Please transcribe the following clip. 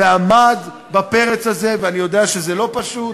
ועמד בפרץ הזה, ואני יודע שזה לא פשוט.